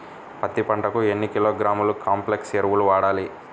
పత్తి పంటకు ఎన్ని కిలోగ్రాముల కాంప్లెక్స్ ఎరువులు వాడాలి?